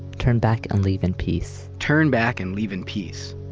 turn back and leave in peace. turn back and leave in peace.